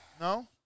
No